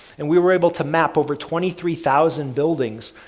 and we were able to map over twenty three thousand buildings,